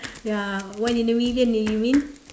ya one in a million did you mean